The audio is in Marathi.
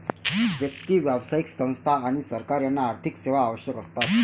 व्यक्ती, व्यावसायिक संस्था आणि सरकार यांना आर्थिक सेवा आवश्यक असतात